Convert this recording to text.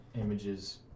images